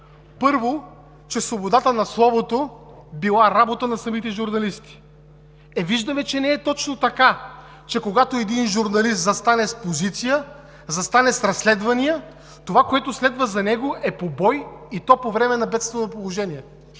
Първо, че свободата на словото била работа на самите журналисти. Е, виждаме, че не е точно така! Когато един журналист застане с позиция, застане с разследвания, това, което следва за него, е побой, и то по време на бедствено положение.